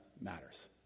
matters